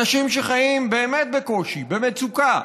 אנשים שחיים באמת בקושי, במצוקה,